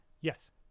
Yes